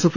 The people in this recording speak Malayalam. എഫ്